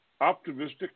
Optimistic